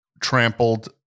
trampled